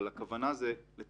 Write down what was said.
אבל הכוונה היא לטפל